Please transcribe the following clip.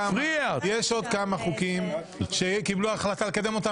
יש עוד כמה חוקים שקיבלו החלטה לקדם אותם